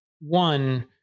one